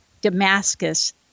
Damascus